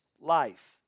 life